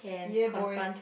ya boy